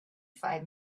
five